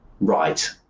right